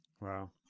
Wow